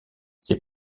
ses